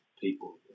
people